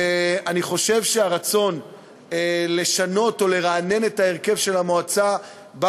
אני חושב שהרצון לשנות או לרענן את הרכב המועצה בא